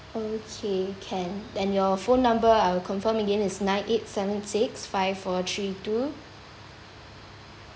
okay can then your phone number I will confirm again is nine eight seven six five four three two